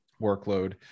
workload